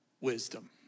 wisdom